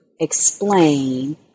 explain